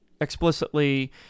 explicitly